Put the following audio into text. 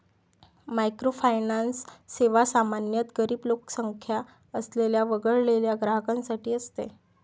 microfinance सेवा सामान्यतः गरीब लोकसंख्या असलेल्या वगळलेल्या ग्राहकांसाठी असते